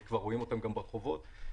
רואים אותם ברחובות.